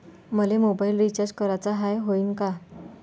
मले mobile recharge कराचा हाय, होईनं का?